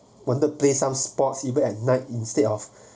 wanted play some sports even at night instead of